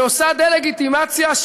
שעושה דה-לגיטימציה,